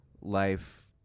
life